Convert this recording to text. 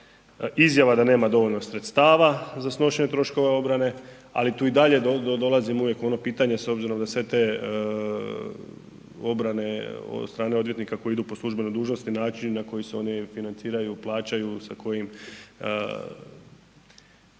izjava da nema dovoljno sredstava za snošenje troškova obrane, ali tu i dalje dolazi uvijek ono pitanje s obzirom na sve te obrane od strane odvjetnika koje idu po službenoj dužnosti, način na koji se oni financiraju, plaćaju, sa kojim